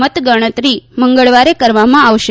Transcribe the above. મત ગણતરી મંગળવારે કરવામાં આવશે